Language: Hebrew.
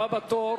הבא בתור,